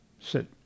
sit